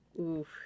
Oof